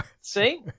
See